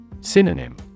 Synonym